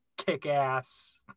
Kick-ass